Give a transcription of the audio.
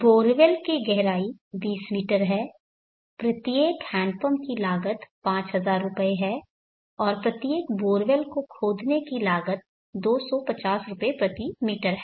borewell की गहराई 20 metre है प्रत्येक हैंडपंप की लागत 5000 रुपये है और प्रत्येक बोरवेल को खोदने की लागत 250 रुपये प्रति मीटर है